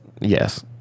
yes